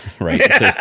right